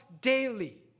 daily